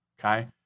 okay